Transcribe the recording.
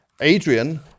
Adrian